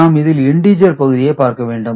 நாம் இதில் இண்டீஜர் பகுதியை பார்க்க வேண்டும்